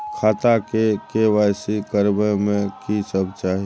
खाता के के.वाई.सी करबै में की सब चाही?